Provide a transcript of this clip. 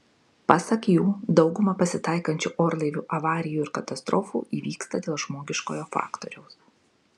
pasak jų dauguma pasitaikančių orlaivių avarijų ir katastrofų įvyksta dėl žmogiškojo faktoriaus